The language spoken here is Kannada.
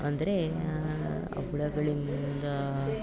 ಅಂದರೆ ಆ ಹುಳುಗಳಿಂದ